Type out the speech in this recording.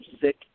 sick